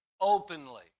openly